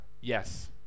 Yes